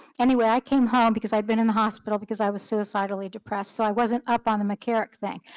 anyway, i came home because i've been in the hospital because i was suicidally depressed. so, i wasn't up on the me-cha-li-c thing.